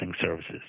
services